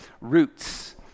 Roots